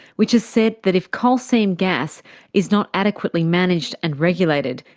which has said that if coal seam gas is not adequately managed and regulated,